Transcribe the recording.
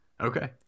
Okay